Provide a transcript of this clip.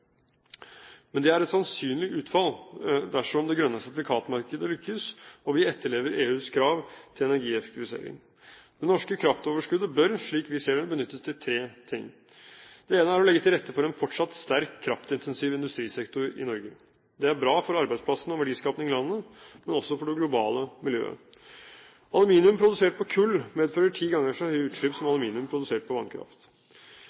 Men det er et sannsynlig utfall dersom det grønne sertifikatmarkedet lykkes og vi etterlever EUs krav til energieffektivisering. Det norske kraftoverskuddet bør, slik vi ser det, benyttes til tre ting. Det ene er å legge til rette for en fortsatt sterk kraftintensiv industrisektor i Norge. Det er bra for arbeidsplassene og verdiskapingen i landet, men også for det globale miljøet. Aluminium produsert på kull medfører ti ganger så høye utslipp som